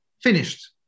finished